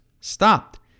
stopped